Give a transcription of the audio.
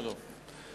לא.